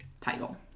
title